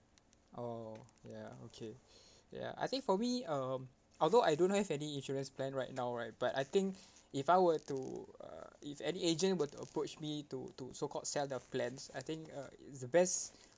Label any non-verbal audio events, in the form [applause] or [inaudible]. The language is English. oh ya okay [breath] ya I think for me um although I don't have any insurance plan right now right but I think [breath] if I were to uh if any agent were to approach me to to so called sell their plans I think uh it's the best